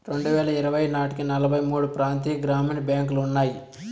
రెండువేల ఇరవై నాటికి నలభై మూడు ప్రాంతీయ గ్రామీణ బ్యాంకులు ఉన్నాయి